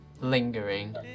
lingering